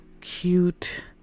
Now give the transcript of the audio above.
cute